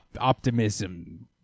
Optimism